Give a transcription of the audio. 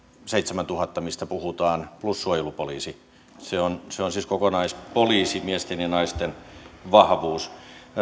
seitsemäntuhatta mistä puhutaan plus suojelupoliisi se on se on siis kokonaisuudessaan poliisimiesten ja naisten vahvuus